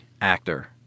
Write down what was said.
actor